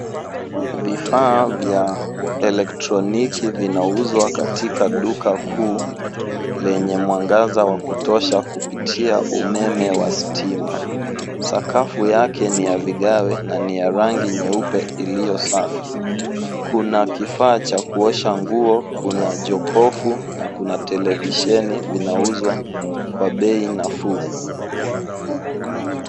Vifaa vya elektroniki vinauzwa katika duka kuu lenye mwangaza wa kutosha kupitia umeme wa stima. Sakafu yake ni ya vigae na ni ya rangi nyeupe iliyo safi. Kuna kifaa cha kuosha nguo, kuna jokofu na kuna televisheni, vinauzwa kwa bei nafuu.